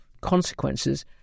consequences